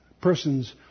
persons